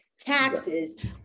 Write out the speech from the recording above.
taxes